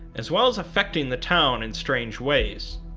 as well as affecting the town in strange ways.